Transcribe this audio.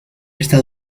está